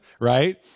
Right